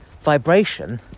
vibration